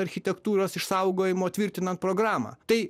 architektūros išsaugojimo tvirtinant programą tai